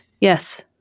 Yes